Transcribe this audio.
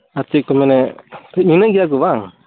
ᱟᱨ ᱪᱮᱫ ᱠᱚ ᱢᱟᱱᱮ ᱞᱟᱹᱞᱟᱹᱭ ᱜᱮᱭᱟ ᱠᱚ ᱵᱟᱝ